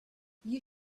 you